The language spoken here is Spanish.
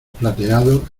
plateados